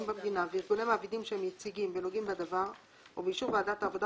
במדינה וארגוני מעבידים שהם יציגים ונוגעים בדבר ובאישור ועדת העבודה,